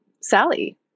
Sally